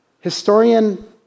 historian